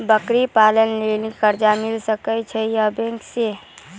बकरी पालन के लिए कर्ज मिल सके या बैंक से?